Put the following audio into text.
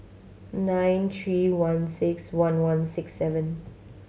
nine three one six one one six seven